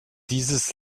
dieses